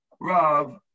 Rav